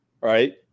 Right